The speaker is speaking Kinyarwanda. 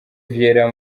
vieira